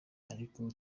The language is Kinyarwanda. ariko